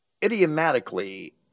idiomatically